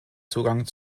zugang